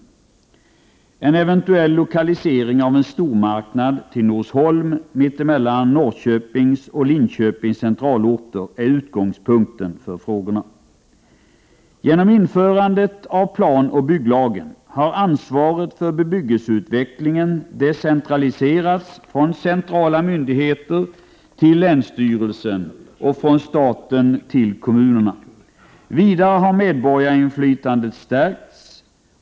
En eventuell lokalisering av en stormarknad till Norsholm mitt emellan Norrköpings och Linköpings centralorter är utgångspunkten för frågorna. Genom införandet av planoch bygglagen har ansvaret för bebyggelseutvecklingen decentraliserats från centrala myndigheter till länsstyrelsen och från staten till kommunerna. Vidare har medborgarinflytandet stärkts.